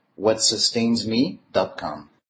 whatsustainsme.com